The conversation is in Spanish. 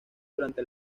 durante